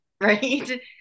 right